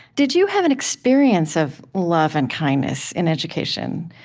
did you have an experience of love and kindness in education?